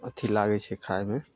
अथी लागय छै खाइमे